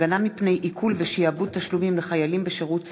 הגנה מפני עיקול ושעבוד תשלומים לחיילים בשירות סדיר),